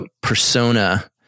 persona